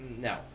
no